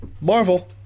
Marvel